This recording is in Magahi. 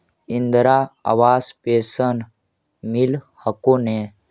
इन्द्रा आवास पेन्शन मिल हको ने?